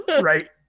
Right